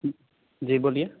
जी बोलिए